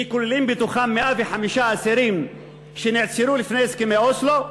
שכוללים בתוכם 105 אסירים שנאסרו לפני הסכמי אוסלו,